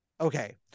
Okay